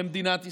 ממדינת ישראל.